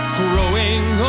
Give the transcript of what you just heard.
growing